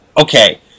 okay